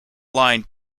line